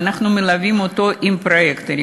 ואנחנו מלווים אותו עם פרויקטים.